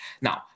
Now